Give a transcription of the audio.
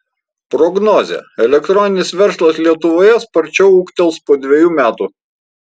prognozė elektroninis verslas lietuvoje sparčiau ūgtels po dvejų metų